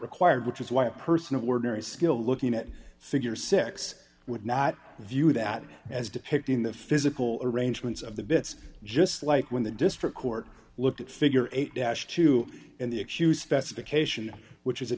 required which is why a person of ordinary skill looking at figures six would not view that as depicting the physical arrangements of the bits just like when the district court looked at figure eight dash to the accused specification which is